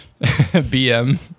BM